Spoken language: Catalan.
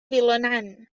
vilanant